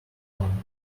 one